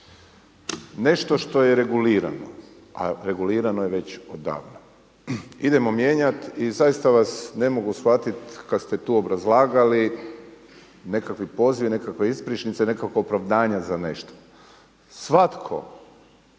nešto što je regulirano, a regulirano je već odavno idemo mijenjati i zaista vas ne mogu shvatiti kada ste tu obrazlagali nekakvi pozivi, nekakve ispričnice, nekakva opravdanja za nešto. Svatko